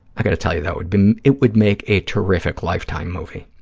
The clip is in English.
i got to tell you, that would be, it would make a terrific lifetime movie.